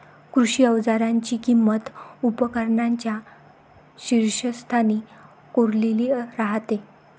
कृषी अवजारांची किंमत उपकरणांच्या शीर्षस्थानी कोरलेली राहते